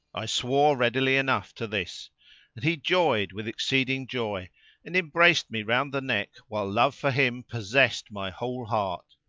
i swore readily enough to this and he joyed with exceeding joy and embraced me round the neck while love for him possessed my whole heart.